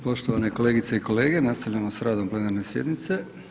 Poštovane kolegice i kolege, nastavljamo sa radom plenarne sjednice.